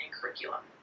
curriculum